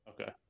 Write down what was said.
Okay